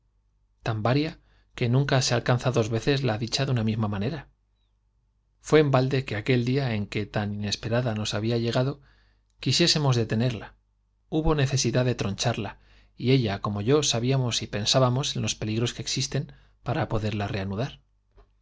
tan varia i tiene eso una morfología se alcanza dos veces la i tan nunca varia que dicha de una misma manera fué eh balde que aquel día en que tan inesperada hubo necenos había llegado quisiésemos detenerla sidad de troncharla y ella como yo sabíamos y pen sábamos en los peligros que existen para poderla reanudar